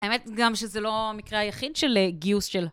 האמת גם שזה לא המקרה היחיד של גיוס של...